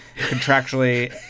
contractually